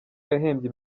yahembye